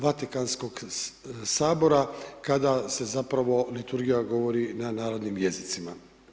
Vatikanskog sabora kada se zapravo liturgija govori na narodnim jezicima.